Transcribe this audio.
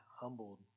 humbled